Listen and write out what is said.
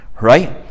right